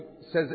says